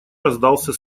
раздался